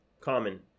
common